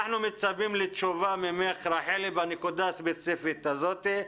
אנחנו מצפים לתשובה ממך בנקודה הספציפית הזאתי.